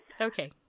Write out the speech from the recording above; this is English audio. Okay